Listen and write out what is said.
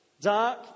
Dark